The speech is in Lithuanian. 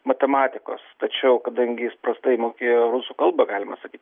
matematikos tačiau kadangi jis prastai mokėjo rusų kalbą galima sakyt